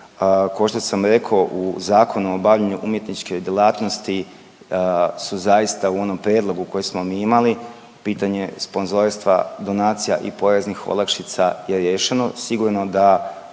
Kao što sam rekao u Zakonu o obavljanju umjetničke djelatnosti su zaista u onom prijedlogu koji smo mi imali, pitanje sponzorstva, donacija i poreznih olakšica je riješeno. Sigurno da